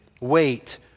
Wait